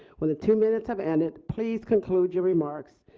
when the two minutes have ended please conclude your remarks.